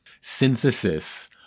synthesis